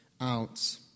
out